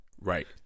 Right